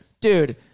Dude